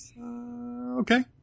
Okay